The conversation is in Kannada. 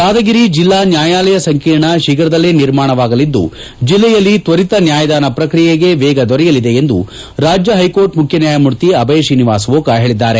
ಯಾದಗಿರಿ ಜಿಲ್ಲಾ ನ್ಕಾಯಾಲಯ ಸಂಕೀರ್ಣ ಶೀಘದಲ್ಲೇ ನಿರ್ಮಾಣವಾಗಲಿದ್ದು ಜಿಲ್ಲೆಯಲ್ಲಿ ತ್ವರಿತ ನ್ಕಾಯದಾನ ಪ್ರಕ್ರಿಯೆಗೆ ವೇಗ ದೊರೆಯಲಿದೆ ಎಂದು ರಾಜ್ಯ ಹೈಕೋರ್ಟ್ ಮುಖ್ಯ ನ್ಕಾಯಮೂರ್ತಿ ಅಭಯ್ ಶ್ರೀನಿವಾಸ್ ಓಕಾ ಹೇಳಿದ್ದಾರೆ